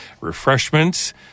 refreshments